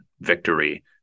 victory